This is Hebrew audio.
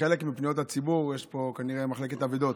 כחלק מפניות הציבור יש פה כנראה מחלקת אבדות.